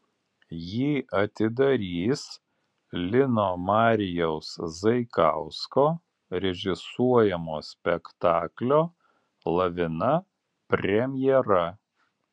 jį atidarys lino marijaus zaikausko režisuojamo spektaklio lavina premjera